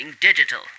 digital